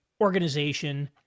organization